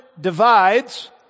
divides